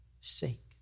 sake